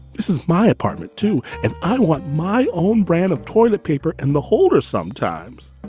this is my apartment too. and i want my own brand of toilet paper and the holder sometimes